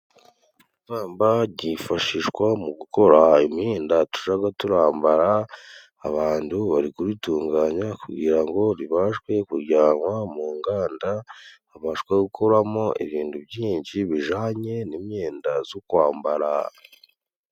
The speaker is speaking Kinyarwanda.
Ipamba ryifashishwa mu gukora imyenda tujya twambara, abantu bari kuritunganya, kugira ngo ribashe kujyanwa mu nganda, habashe gukorwamo ibintu byinshi bijyanye n'imyenda yo kwambara.